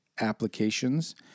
applications